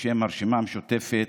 בשם הרשימה המשותפת,